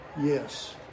yes